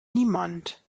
niemand